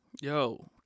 Yo